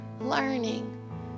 learning